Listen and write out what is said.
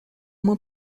uma